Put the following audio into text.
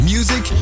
Music